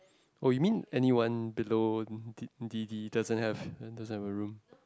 oh you mean anyone below d_d doesn't have doesn't have a room